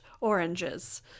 oranges